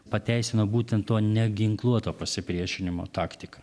pateisino būtent to neginkluoto pasipriešinimo taktiką